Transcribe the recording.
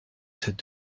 cette